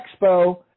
Expo